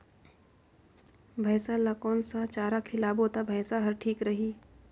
भैसा ला कोन सा चारा खिलाबो ता भैंसा हर ठीक रही?